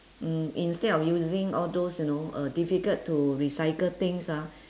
mm instead of using all those you know uh difficult to recycle things ah